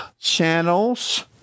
Channels